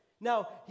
Now